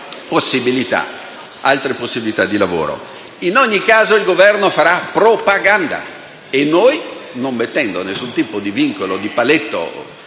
avuto altre possibilità di lavoro. In ogni caso il Governo farà propaganda e noi non mettiamo alcun tipo di vincolo o di paletto.